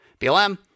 BLM